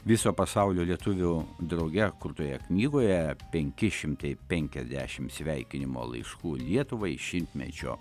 viso pasaulio lietuvių drauge kurtoje knygoje penki šimtai penkiasdešim sveikinimo laiškų lietuvai šimtmečio